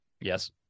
Yes